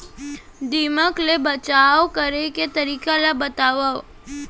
दीमक ले बचाव करे के तरीका ला बतावव?